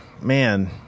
man